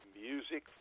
Music